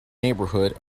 neighborhood